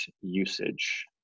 usage